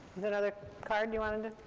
and another card you and and